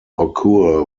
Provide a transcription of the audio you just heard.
occur